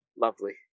lovely